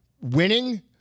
winning